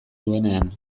duenean